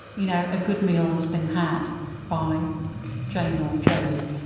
you know a good meal has been had by jane or joey.